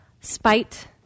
spite